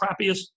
crappiest